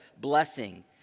blessing